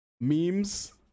memes